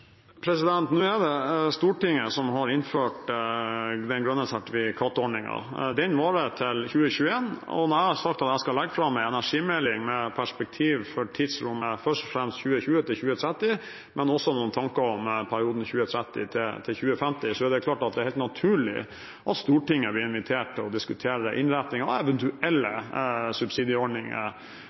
det sånn. Det er Stortinget som har innført ordningen med grønne sertifikater. Den varer til 2021, og når jeg har sagt at jeg skal legge fram en energimelding med perspektiv for først og fremst tidsrommet 2020–2030, men også med noen tanker om perioden 2030–2050, er det helt naturlig at Stortinget blir invitert til å diskutere innretningen og eventuelle subsidieordninger